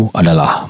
adalah